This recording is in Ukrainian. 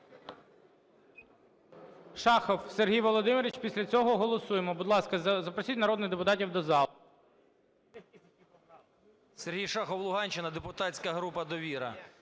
Шахов Сергій Володимирович, після цього голосуємо. Будь ласка, запросіть народних депутатів до залу.